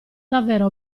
davvero